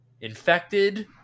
infected